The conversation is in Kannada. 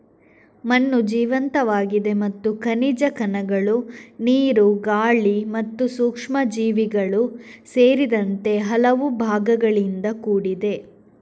ಮಣ್ಣು ಜೀವಂತವಾಗಿದೆ ಮತ್ತು ಖನಿಜ ಕಣಗಳು, ನೀರು, ಗಾಳಿ ಮತ್ತು ಸೂಕ್ಷ್ಮಜೀವಿಗಳು ಸೇರಿದಂತೆ ಹಲವು ಭಾಗಗಳಿಂದ ಕೂಡಿದೆ